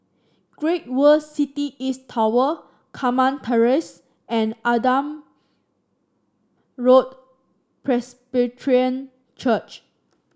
Great World City East Tower Carmen Terrace and Adam Road Presbyterian Church